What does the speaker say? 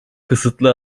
kısıtlı